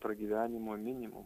pragyvenimo minimumo